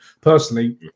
Personally